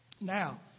Now